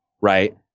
right